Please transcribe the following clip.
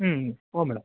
ಹ್ಞೂ ಹ್ಞೂ ಮೇಡಮ್